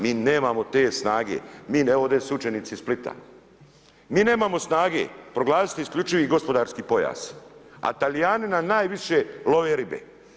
Mi nemamo te snage, mi, evo, ovdje su učenici iz Splita, mi nemamo snage, proglasiti isključivi gospodarski pojas, a Talijani nam najviše love ribe.